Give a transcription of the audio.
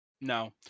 no